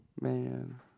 Man